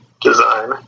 design